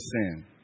sin